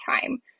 time